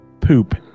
poop